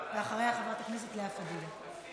ואחריה חברת הכנסת לאה פדידה.